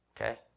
okay